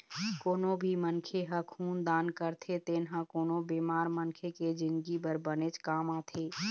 कोनो भी मनखे ह खून दान करथे तेन ह कोनो बेमार मनखे के जिनगी बर बनेच काम आथे